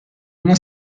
una